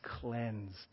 cleansed